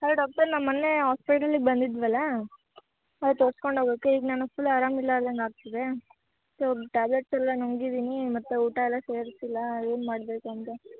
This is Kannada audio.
ಹಲೋ ಡಾಕ್ಟರ್ ನಾ ಮೊನ್ನೆ ಹಾಸ್ಪೆಟ್ಲಿಗೆ ಬಂದಿದ್ದೆವಲ್ಲ ಅದೇ ತೋರ್ಸ್ಕಂಡು ಹೋಗಕ್ಕೆ ಈಗ ನಾನು ಫುಲ್ ಆರಾಮ ಇಲ್ಲಾದಂಗೆ ಆಗ್ತಿದೆ ಸೋ ಟ್ಯಾಬ್ಲೆಟ್ಸ್ ಎಲ್ಲ ನುಂಗಿದ್ದೀನಿ ಮತ್ತು ಊಟ ಎಲ್ಲ ಸೇರ್ತಿಲ್ಲ ಏನು ಮಾಡಬೇಕು ಅಂತ